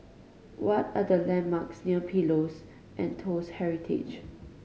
what are the landmarks near Pillows and Toast Heritage